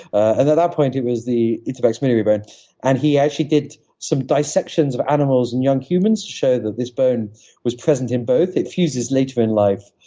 and that ah point, it was the intermaxillary bone and he actually did some dissections of animals and young humans to show that this bone was present in both. it fuses later in life,